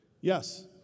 Yes